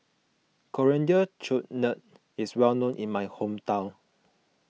Coriander Chutney is well known in my hometown